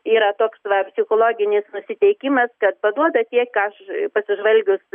yra toks psichologinis nusiteikimas kad paduoda tiek aš pasižvalgius